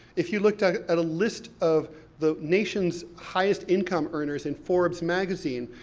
if you looked at a list of the nation's highest income earners in forbes magazine,